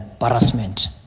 embarrassment